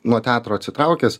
nuo teatro atsitraukęs